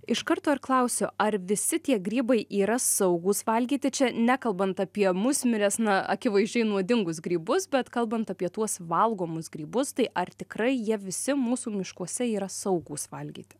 iš karto ir klausiu ar visi tie grybai yra saugūs valgyti čia nekalbant apie musmires na akivaizdžiai nuodingus grybus bet kalbant apie tuos valgomus grybus tai ar tikrai jie visi mūsų miškuose yra saugūs valgyti